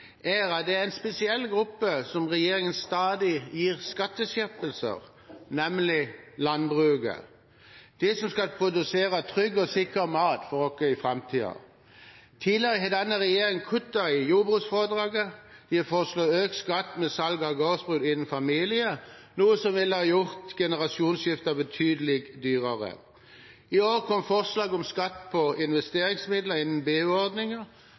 at det er en spesiell gruppe som regjeringen stadig gir skatteskjerpelser, nemlig jordbrukerne, de som skal produsere trygg og sikker mat for oss i framtiden. Tidligere har denne regjeringen kuttet i jordbruksfradraget, og de foreslår økt skatt ved salg av gårdsbruk innen familien, noe som ville ha gjort generasjonsskifter betydelig dyrere. I år kom forslaget om skatt på investeringsmidler innen